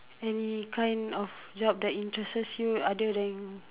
any kind of job that interests you other than